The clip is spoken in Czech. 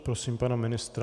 Prosím, pane ministře.